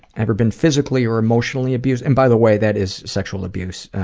ever been physically or emotionally abused and by the way, that is sexual abuse.